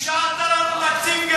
השארת לנו תקציב גירעוני.